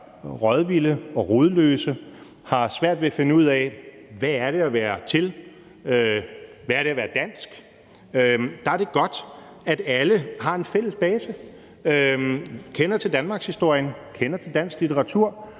rådvilde og rodløse og har svært ved at finde ud af, hvad det er at være til, hvad det er at være dansk, at alle har en fælles base – kender til danmarkshistorien, kender til dansk litteratur,